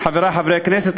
חברי חברי הכנסת,